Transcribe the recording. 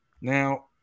Now